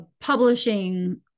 publishing